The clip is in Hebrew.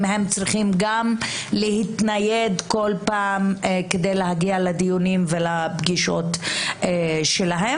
אם הם צריכים גם להתנייד כל פעם כדי להגיע לדיונים ולפגישות שלהם,